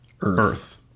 Earth